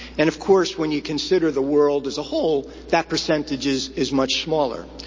and, of course, when you consider the world as a whole, that percentage is is much smaller.